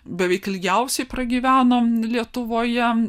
beveik ilgiausiai pragyvenome lietuvoje